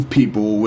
people